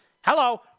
Hello